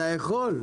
אתה יכול.